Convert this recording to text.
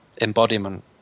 embodiment